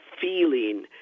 feeling